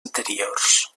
anteriors